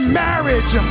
marriage